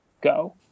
go